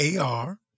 AR